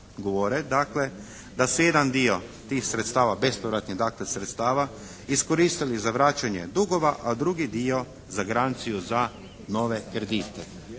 dakle da se jedan dio tih sredstava bespovratnih dakle sredstava iskoristili za vraćanje dugova, a drugi dio za garanciju za nove kredite.